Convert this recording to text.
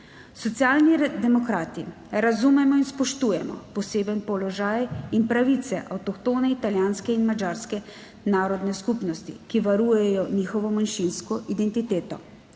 Socialni demokrati razumemo in spoštujemo poseben položaj in pravice avtohtone italijanske in madžarske narodne skupnosti, ki varujejo njihovo manjšinsko identiteto.